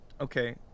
Okay